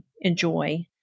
enjoy